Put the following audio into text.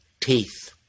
teeth